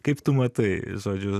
kaip tu matai žodžiu